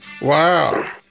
Wow